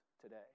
today